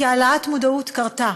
כי העלאת המודעות קרתה,